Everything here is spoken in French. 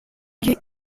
lieu